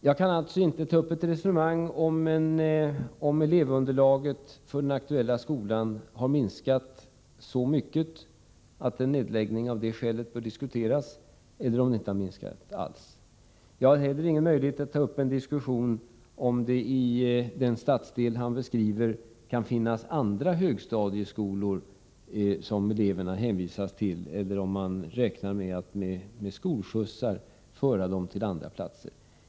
Jag kan alltså inte ta upp ett resonemang huruvida elevunderlaget för den aktuella skolan har minskat så mycket att en nedläggning av det skälet bör diskuteras, eller om det inte har minskat alls. Jag har heller ingen möjlighet att ta upp en diskussion om huruvida det i den stadsdel han beskriver kan finnas andra högstadieskolor att hänvisa eleverna till eller om man räknar med att med skolskjutsar föra dem till andra platser.